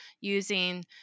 using